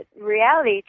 reality